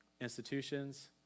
Institutions